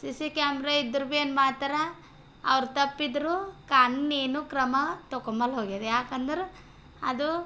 C C camera ಇದ್ರ ಬೇನೆ ಮಾತ್ರ ಅವ್ರ ತಪ್ಪಿದ್ದರೂ ಕಾನೂನೇನು ಕ್ರಮ ತಕೊಂಬಲ್ಲ ಹೋಗ್ಯದ ಯಾಕಂದ್ರೆ ಅದು